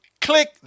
click